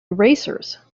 erasers